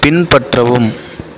பின்பற்றவும்